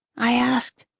i asked.